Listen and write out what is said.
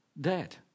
dead